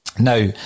Now